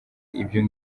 ibyo